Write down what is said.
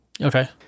okay